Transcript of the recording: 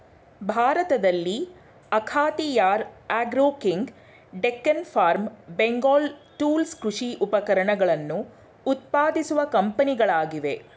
ಭಾರತದಲ್ಲಿ Akhatiyar agro king, Deccan farm, Bengal tools ಕೃಷಿ ಉಪಕರಣಗಳನ್ನು ಉತ್ಪಾದಿಸುವ ಕಂಪನಿಗಳಾಗಿವೆ